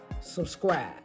subscribe